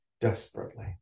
desperately